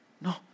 No